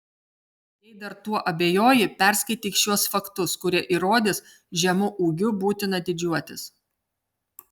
jei dar tuo abejoji perskaityk šiuos faktus kurie įrodys žemu ūgiu būtina didžiuotis